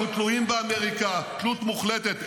אנחנו תלויים באמריקה, תלות מוחלטת.